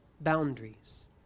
boundaries